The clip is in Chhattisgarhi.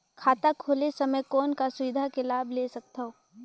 खाता खोले समय कौन का सुविधा के लाभ ले सकथव?